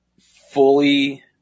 fully